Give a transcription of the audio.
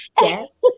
yes